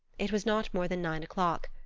it was not more than nine o'clock.